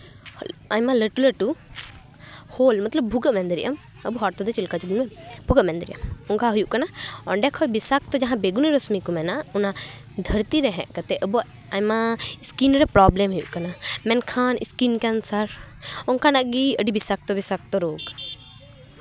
ᱟᱭᱢᱟ ᱞᱟᱹᱴᱩ ᱞᱟᱹᱴᱩ ᱦᱳᱞ ᱢᱚᱛᱞᱚᱵ ᱵᱷᱩᱜᱟᱹᱜ ᱢᱮᱱ ᱫᱟᱲᱮᱭᱟᱜ ᱟᱢ ᱟᱵᱚ ᱦᱚᱲ ᱛᱮᱫᱚ ᱪᱮᱫᱠᱟ ᱪᱚ ᱵᱚᱞᱮ ᱵᱷᱩᱜᱟᱹᱜ ᱢᱮᱱ ᱫᱟᱲᱮᱭᱟᱜ ᱟᱢ ᱚᱱᱠᱟ ᱦᱩᱭᱩᱜ ᱠᱟᱱᱟ ᱚᱸᱰᱮ ᱠᱷᱚᱡ ᱵᱤᱥᱟᱠᱛᱚ ᱡᱟᱦᱟᱸ ᱵᱮᱜᱩᱱᱤ ᱨᱚᱥᱢᱤ ᱠᱚ ᱢᱮᱱᱟ ᱫᱷᱟᱹᱨᱛᱤ ᱨᱮ ᱦᱮᱡ ᱠᱟᱛᱮ ᱟᱵᱚᱣᱟᱜ ᱟᱭᱢᱟ ᱤᱥᱠᱤᱱ ᱨᱮ ᱯᱨᱚᱵᱞᱮᱢ ᱦᱩᱭᱩᱜ ᱠᱟᱱᱟ ᱢᱮᱱᱠᱷᱟᱱ ᱤᱥᱠᱤᱱ ᱠᱮᱱᱥᱟᱨ ᱚᱱᱠᱟᱱᱟᱜ ᱜᱮ ᱟᱹᱰᱤ ᱵᱤᱥᱟᱠᱛᱚ ᱵᱤᱥᱟᱠᱛᱚ ᱨᱳᱜᱽ